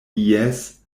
ies